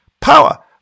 power